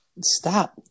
stop